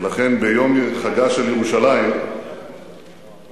ולכן ביום חגה של ירושלים נבקש